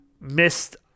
missed